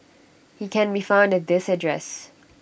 he can be found at this address